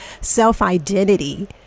self-identity